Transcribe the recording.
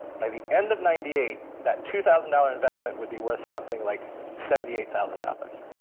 by the end of ninety eight, that two thousand dollars investment would be worth something like seventy eight thousand dollars.